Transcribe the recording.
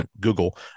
Google